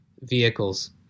vehicles